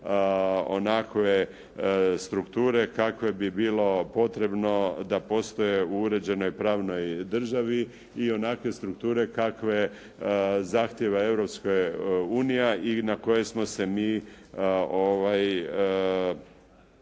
onakve strukture kakve bi bilo potrebno da postoje u uređenoj pravnoj državi i onakve strukture kakve zahtijeva Europska unija i na koje smo se mi obvezali